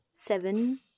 Seven